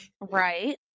Right